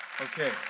Okay